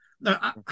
Now